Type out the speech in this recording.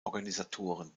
organisatoren